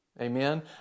Amen